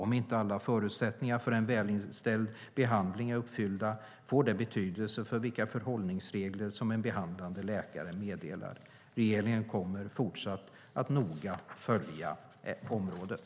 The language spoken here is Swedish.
Om inte alla förutsättningar för en välinställd behandling är uppfyllda får det betydelse för vilka förhållningsregler som en behandlande läkare meddelar. Regeringen kommer att fortsätta att noga följa området.